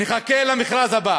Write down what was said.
נחכה למכרז הבא.